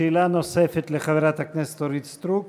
שאלה נוספת לחברת הכנסת אורית סטרוק.